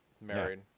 married